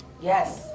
Yes